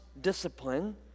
discipline